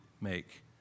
make